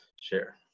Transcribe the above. share